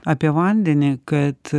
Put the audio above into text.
apie vandenį kad